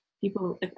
people